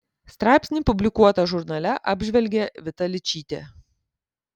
straipsnį publikuotą žurnale apžvelgė vita ličytė